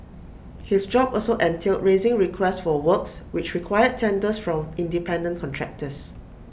his job also entailed raising requests for works which required tenders from independent contractors